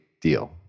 deal